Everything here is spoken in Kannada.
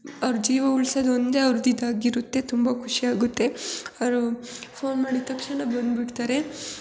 ಅವ್ರ ಜೀವ ಉಳಿಸೋದೊಂದೇ ಅವ್ರ್ದು ಇದಾಗಿರುತ್ತೆ ತುಂಬ ಖುಷಿಯಾಗುತ್ತೆ ಅವರು ಫೋನ್ ಮಾಡಿದ ತಕ್ಷಣ ಬಂದು ಬಿಡ್ತಾರೆ